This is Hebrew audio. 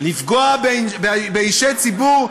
לפגוע באישי ציבור,